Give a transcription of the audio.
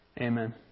amen